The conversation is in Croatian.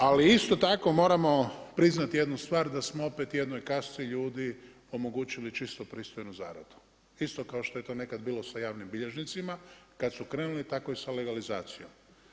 Ali isto tako moramo priznati jednu stvar da smo opet jednoj kasti ljudi omogućili čistu pristojnu zaradu, isto kao što je to nekad bilo sa javnim bilježnicima kada su krenuli, tako i sa legalizacijom.